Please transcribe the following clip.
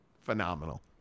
phenomenal